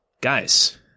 Guys